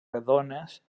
rodones